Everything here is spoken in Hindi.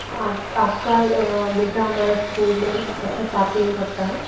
आप आपका बेटा हमारे स्कूल में कक्षा सातवीं में पढ़ता है